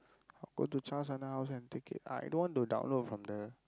go to Charles அண்ணன்:annan house and take it I don't want to download from the